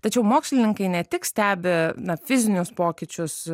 tačiau mokslininkai ne tik stebi na fizinius pokyčius